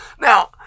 Now